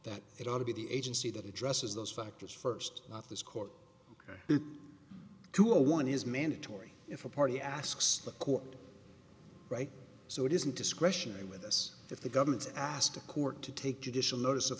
that it ought to be the agency that addresses those factors first not this court ok cool one is mandatory if a party asks the court right so it isn't discretionary with us if the government asked the court to take judicial notice of